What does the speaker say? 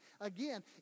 Again